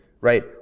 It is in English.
right